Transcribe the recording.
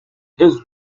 his